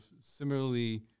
similarly